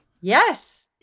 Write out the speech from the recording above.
Yes